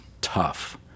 tough